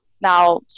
now